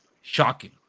shocking